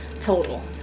total